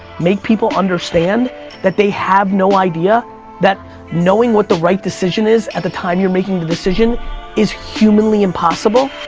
make people understand that they have no idea that knowing what the right decision is at the time you're making the decision is humanly impossible.